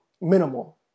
minimal